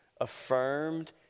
affirmed